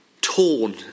torn